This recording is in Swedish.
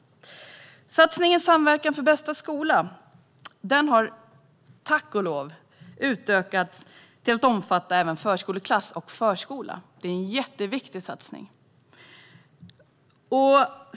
Satsningen Samverkan för bästa skola har tack och lov utökats till att omfatta även förskoleklass och förskola. Det är en jätteviktig satsning.